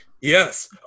Yes